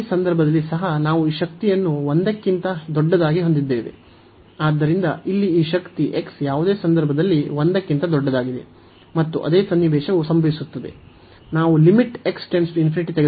ಈ ಸಂದರ್ಭದಲ್ಲಿ ಸಹ ನಾವು ಈ ಶಕ್ತಿಯನ್ನು 1 ಕ್ಕಿಂತ ದೊಡ್ಡದಾಗಿ ಹೊಂದಿದ್ದೇವೆ ಆದ್ದರಿಂದ ಇಲ್ಲಿ ಈ ಶಕ್ತಿ x ಯಾವುದೇ ಸಂದರ್ಭದಲ್ಲಿ 1 ಕ್ಕಿಂತ ದೊಡ್ಡದಾಗಿದೆ ಮತ್ತು ಅದೇ ಸನ್ನಿವೇಶವು ಸಂಭವಿಸುತ್ತದೆ ನಾವು ತೆಗೆದುಕೊಂಡಾಗ ಮಿತಿ 0 ಇರುತ್ತದೆ